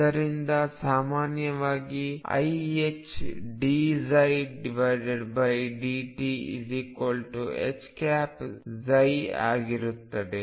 ಆದ್ದರಿಂದ ಸಾಮಾನ್ಯವಾಗಿ iℏdψdtH ಆಗಿರುತ್ತದೆ